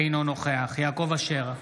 אינו נוכח יעקב אשר,